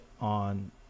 on